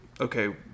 okay